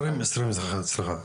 סליחה,